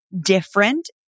different